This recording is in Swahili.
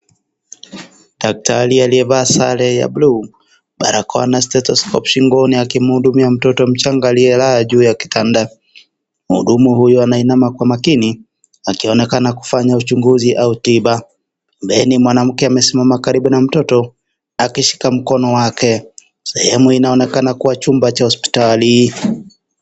Daktari aliyevaa sare ya buluu, barakoa, na Stethoscope shingoni, anamhudumia mtoto mchanga aliyelala katika kitanda. Muhudumu anainama kwa makini akionekana kufanya uchunguzi au tiba. Mbeleni mwanamke anasimama kando ya mtoto. Akishika mkono wake. Sehemu inaonekana kuwa hospitali.